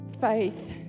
faith